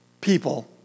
people